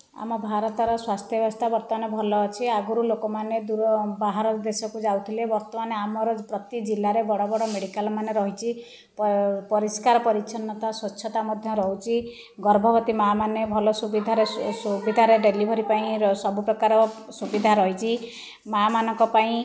ଆମ ଭାରତର ସ୍ବାସ୍ଥ୍ୟ ବ୍ୟବସ୍ଥା ବର୍ତ୍ତମାନ ଭଲ ଅଛି ଆଗରୁ ଲୋକମାନେ ଦୂର ବାହାର ଦେଶକୁ ଯାଉଥିଲେ ବର୍ତ୍ତମାନ ଆମର ପ୍ରତି ଜିଲ୍ଲାରେ ବଡ଼ ବଡ଼ ମେଡ଼ିକାଲ ମାନ ରହିଛି ତ ପରିଷ୍କାର ପରିଚ୍ଛନ୍ନତା ସ୍ୱଚ୍ଛତା ମଧ୍ୟ ରହୁଚି ଗର୍ଭବତୀ ମାଁ ମାନେ ଭଲ ସୁବିଧାରେ ସୁବିଧାରେ ଡେଲିଭରୀ ପାଇଁ ସବୁ ପ୍ରକାର ସୁବିଧା ରହିଛି ମାଁ ମାନଙ୍କ ପାଇଁ